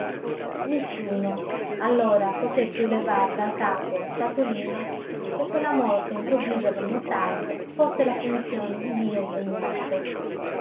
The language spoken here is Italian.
nessuno allora poté più levar dal capo a spatolino che quella morte improvvisa del notajo fosse la punizione di dio sdegnato